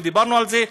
ודיברנו על זה,